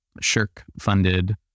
Shirk-funded